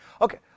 Okay